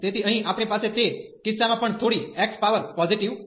તેથી અહીં આપણી પાસે તે કિસ્સામાં પણ થોડી X પાવર પોઝીટીવ છે